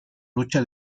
lucha